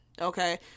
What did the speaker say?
okay